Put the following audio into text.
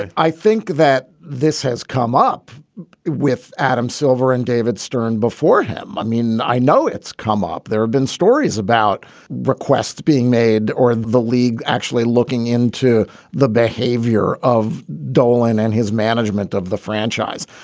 i i think that this has come up with adam silver and david stern before him. i mean, i know it's come up. there have been stories about requests being made or the league actually looking into the behavior of dolan and his management of the franchise.